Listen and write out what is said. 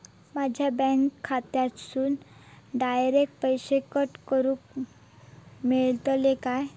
माझ्या बँक खात्यासून डायरेक्ट पैसे कट करूक मेलतले काय?